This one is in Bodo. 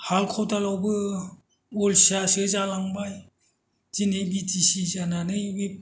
हाल खदालावबो अलसियासो जालांबाय दिनै बितिसि जानानै बे